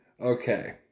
Okay